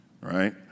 Right